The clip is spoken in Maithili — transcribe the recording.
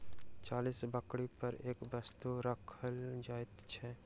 चालीस बकरी पर एक बत्तू राखल जाइत छै